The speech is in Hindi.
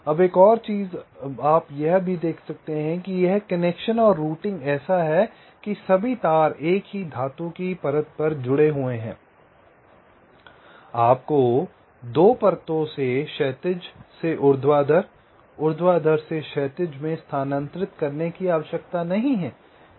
अब एक और चीज आप यह भी देख सकते हैं कि यह कनेक्शन या रूटिंग ऐसा है कि सभी तार एक ही धातु की परत पर जुड़े हुए हैं आपको 2 परतों से क्षैतिज से ऊर्ध्वाधर ऊर्ध्वाधर से क्षैतिज में स्थानांतरित करने की आवश्यकता नहीं है